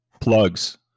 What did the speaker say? Plugs